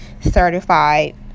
certified